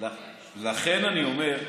לכן אני אומר: